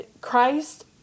Christ